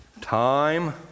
time